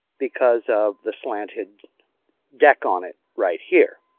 because of the slanted deck on it, right here.